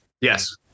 Yes